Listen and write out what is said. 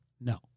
no